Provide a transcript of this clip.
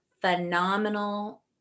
phenomenal